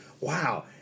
wow